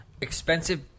expensive